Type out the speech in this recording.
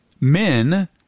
men